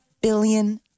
billion